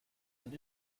ein